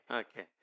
okay